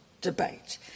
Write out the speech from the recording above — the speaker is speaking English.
debate